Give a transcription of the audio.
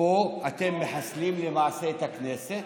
שבו אתם מחסלים למעשה את הכנסת,